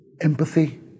empathy